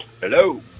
Hello